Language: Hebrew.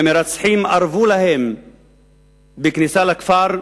המרצחים, ארבו להם בכניסה לכפר,